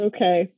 Okay